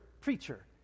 preacher